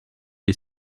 des